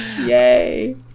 Yay